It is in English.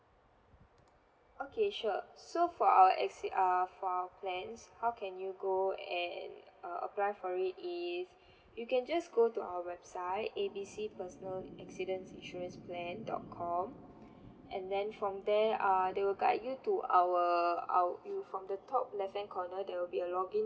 okay sure so for our exceed err for our plans how can you go and uh apply for it is you can just go to our website A B C personal accidents insurance plan dot com and then from there err they will guide you to our our you from the top left hand corner there will be a login